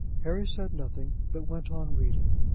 harry said nothing, but went on reading.